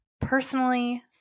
personally